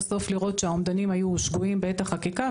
בסוף שהאומדנים היו שגויים בעת החקיקה,